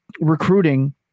recruiting